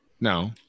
No